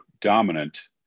dominant